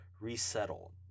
resettle